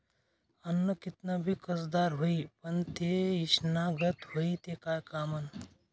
आन्न कितलं भी कसदार व्हयी, पन ते ईषना गत व्हयी ते काय कामनं